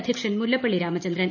അധ്യക്ഷൻ മുല്ലപ്പള്ളി രാമചന്ദ്രൻ